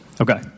Okay